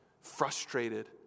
frustrated